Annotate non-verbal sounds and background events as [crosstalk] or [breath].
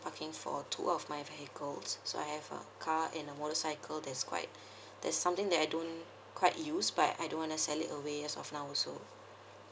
parking for a two of my vehicles so I have a car and a motorcycle that's quite [breath] that's something that I don't quite use but I don't want to sell it away as of now also